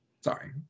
sorry